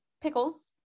pickles